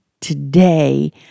today